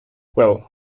well